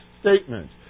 statement